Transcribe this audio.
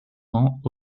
rang